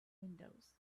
windows